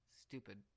stupid